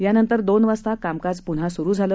यानंतर दोन वाजता कामकाज पुन्हा सुरु झालं